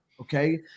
Okay